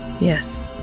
Yes